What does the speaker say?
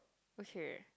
okay